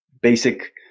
basic